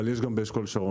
יש גם באשכול שרון.